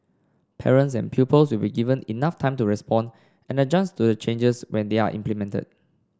parents and pupils will be given enough time to respond and adjust to the changes when they are implemented